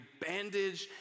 bandaged